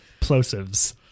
Plosives